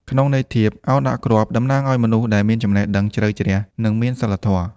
ក្នុងន័យធៀប «ឱនដាក់គ្រាប់» តំណាងឱ្យមនុស្សដែលមានចំណេះដឹងជ្រៅជ្រះ និងមានសីលធម៌។